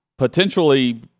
Potentially